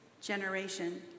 generation